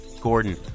Gordon